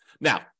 Now